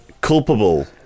culpable